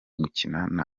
gukina